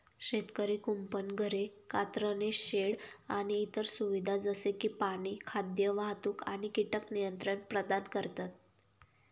शेतकरी कुंपण, घरे, कातरणे शेड आणि इतर सुविधा जसे की पाणी, खाद्य, वाहतूक आणि कीटक नियंत्रण प्रदान करतात